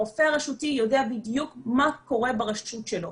הרופא הרשותי יודע בדיוק מה קורה ברשות שלו,